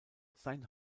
sein